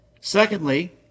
Secondly